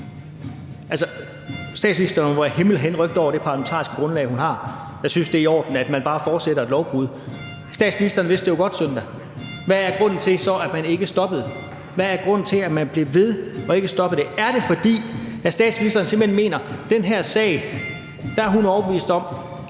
statsministeren må jo være himmelhenrykt over det parlamentariske grundlag, hun har, der synes, det er i orden, at man bare fortsætter et lovbrud. Statsministeren vidste det jo godt søndag. Hvad er så grunden til, at man ikke stoppede? Hvad er grunden til, at man blev ved og ikke stoppede det? Er det, fordi statsministeren simpelt hen mener, at hun i den her sag er overbevist om,